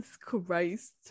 Christ